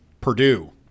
Purdue